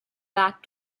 back